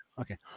Okay